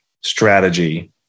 strategy